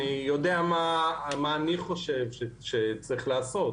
אני יודע מה אני חושב שצריך לעשות,